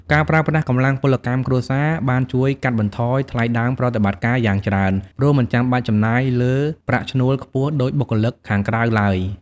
ការប្រើប្រាស់កម្លាំងពលកម្មគ្រួសារ បានជួយកាត់បន្ថយថ្លៃដើមប្រតិបត្តិការ យ៉ាងច្រើន ព្រោះមិនចាំបាច់ចំណាយលើប្រាក់ឈ្នួលខ្ពស់ដូចបុគ្គលិកខាងក្រៅឡើយ។